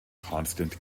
constant